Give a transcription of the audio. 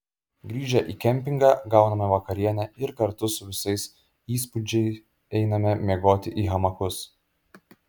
grįžę į kempingą gauname vakarienę ir kartu su visais įspūdžiai einame miegoti į hamakus